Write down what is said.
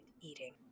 eating